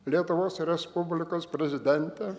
lietuvos respublikos prezidente